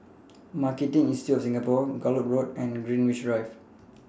Marketing Institute of Singapore Gallop Road and Greenwich Drive